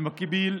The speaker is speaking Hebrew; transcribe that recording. במקביל,